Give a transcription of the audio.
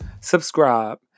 subscribe